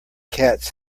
cats